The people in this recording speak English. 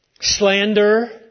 Slander